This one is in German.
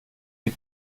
die